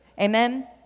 Amen